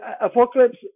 Apocalypse